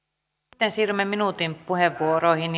sitten siirrymme minuutin puheenvuoroihin